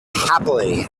happily